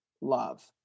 love